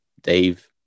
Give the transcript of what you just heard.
Dave